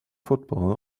football